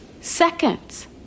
seconds